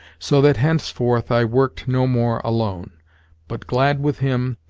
so that henceforth i worked no more alone but glad with him,